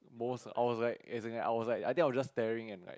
most I was like as in I was like I think I was just staring and like